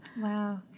Wow